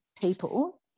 people